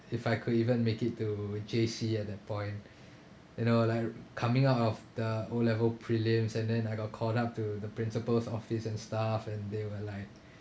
if I could even make it to J_C at that point you know like coming out of the O level prelims and then I got called up to the principal's office and stuff and they were like